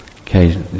Okay